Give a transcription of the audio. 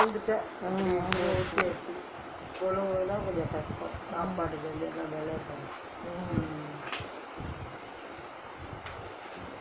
mm